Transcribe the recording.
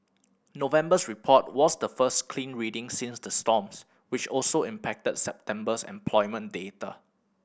November's report was the first clean reading since the storms which also impacted September's employment data